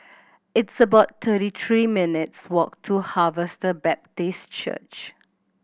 it's about thirty three minutes' walk to Harvester Baptist Church